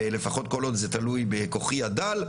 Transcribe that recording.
ולפחות כל עוד זה תלוי בכוחי הדל,